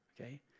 Okay